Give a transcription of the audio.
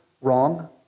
wrong